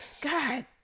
God